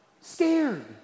scared